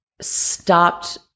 stopped